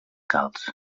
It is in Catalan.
calç